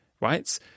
right